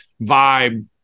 vibe